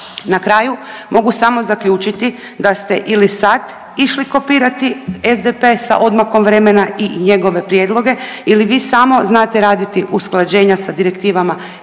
Na kraju mogu samo zaključiti da ste ili sad išli kopirati SDP sa odmakom vremena i njegove prijedloge ili vi samo znate raditi usklađenja sa direktivama EU